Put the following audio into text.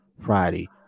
Friday